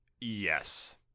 yes